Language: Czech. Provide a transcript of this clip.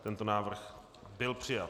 Tento návrh byl přijat.